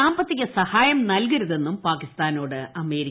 സാമ്പത്തിക സഹായം നൽകരുതെന്നും പാകിസ്ഥാനോട് അമേരിക്ക